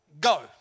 go